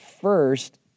first